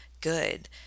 good